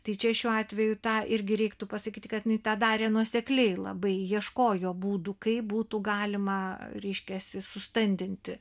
tai čia šiuo atveju tą irgi reiktų pasakyti kad jinai tą darė nuosekliai labai ieškojo būdų kaip būtų galima reiškiasi sustandinti